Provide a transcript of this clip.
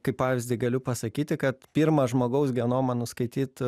kaip pavyzdį galiu pasakyti kad pirmą žmogaus genomą nuskaityt